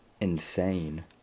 insane